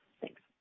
Thanks